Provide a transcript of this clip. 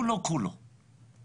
זה מאוד חשוב.